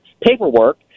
paperwork